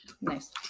nice